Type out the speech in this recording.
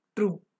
True